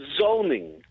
zoning